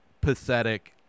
pathetic